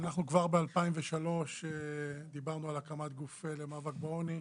אנחנו כבר ב-2003 דיברנו על הקמת גוף למאבק בעוני.